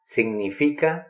Significa